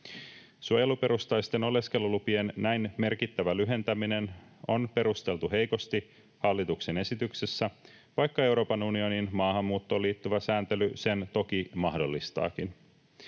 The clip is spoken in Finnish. Suojeluperustaisten oleskelulupien näin merkittävä lyhentäminen on perusteltu heikosti hallituksen esityksessä, vaikka Euroopan unionin maahanmuuttoon liittyvä sääntely sen toki mahdollistaakin.